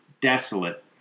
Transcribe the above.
desolate